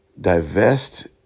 divest